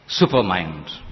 supermind